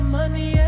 money